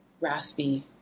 raspy